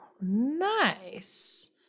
nice